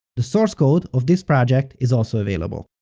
the source code of this project is also available.